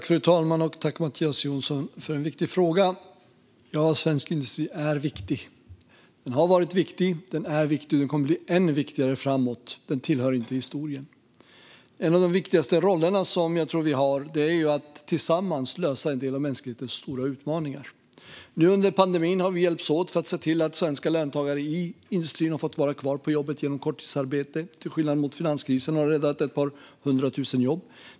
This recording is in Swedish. Fru talman! Tack, Mattias Jonsson, för en viktig fråga! Svensk industri är viktig. Den har varit viktig, den är viktig och den kommer att bli än viktigare framöver. Den tillhör inte historien. En av de viktigaste roller som jag tror att vi har är att tillsammans lösa en del av mänsklighetens stora utmaningar. Nu under pandemin har vi hjälpts åt för att se till att svenska löntagare i industrin har fått vara kvar på jobbet genom korttidsarbete - till skillnad från hur det var i finanskrisen har detta räddat ett par hundra tusen jobb.